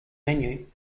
menu